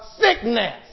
sickness